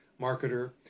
marketer